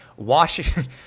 Washington